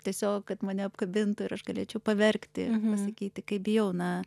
tiesiog kad mane apkabintų ir aš galėčiau paverkti pasakyti kaip bijau na